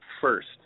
first